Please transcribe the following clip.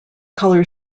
color